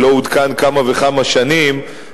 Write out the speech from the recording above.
שלא עודכן כמה וכמה שנים,